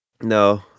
No